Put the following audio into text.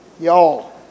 y'all